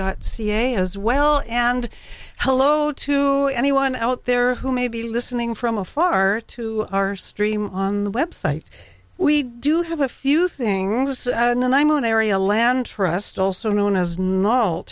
dot ca as well and hello to anyone out there who may be listening from a far to our stream on the website we do have a few things in the one area land trust also known as no